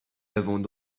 n’avons